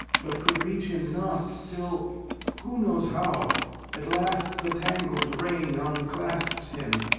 but could reach him not, till who knows how at last the tangled rein unclasped him,